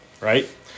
right